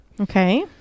Okay